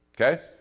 Okay